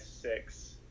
six